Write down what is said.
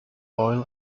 oil